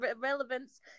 relevance